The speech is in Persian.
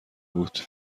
بود